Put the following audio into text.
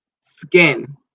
skin